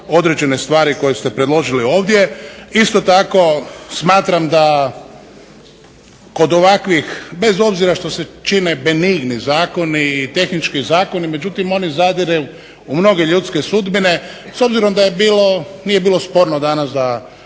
određene stvari koje ste predložili ovdje. Isto tako smatram da kod ovakvih bez obzira što se čine benigni zakoni i tehnički zakoni, međutim oni zadiru u mnoge ljudske sudbine. S obzirom da nije bilo sporno danas da